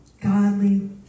godly